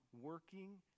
working